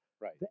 right